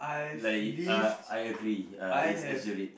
like uh I agree uh it's exaggerate